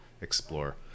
explore